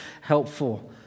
helpful